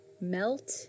melt